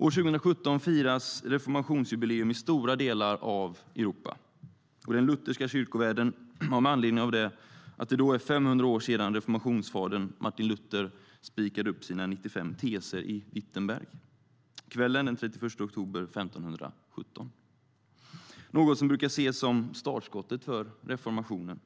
År 2017 firas reformationsjubileum i stora delar av Europa och den lutherska kyrkovärlden med anledning av att det då är 500 år sedan reformationsfadern Martin Luther spikade upp sina 95 teser i Wittenberg kvällen den 31 oktober 1517, något som brukar ses som startskottet för reformationen,